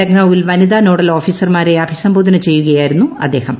ലക്നൌവിൽ വനിതാ നോഡൽ ഓഫീസർമാരെ അഭിസംബോധന ചെയ്യുകയായിരുന്നു അദ്ദേഹം